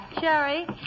Sherry